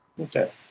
Okay